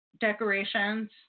decorations